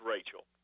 Rachel